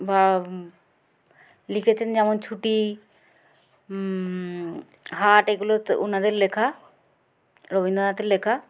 বা লিখেছেন যেমন ছুটি হাট এগুলো ওনাদের লেখা রবীন্দ্রনাথের লেখা